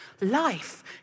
Life